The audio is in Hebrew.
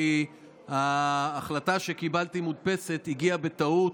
כי ההחלטה המודפסת שקיבלתי הגיעה בטעות.